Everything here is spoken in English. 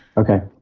okay